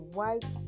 White